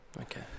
Okay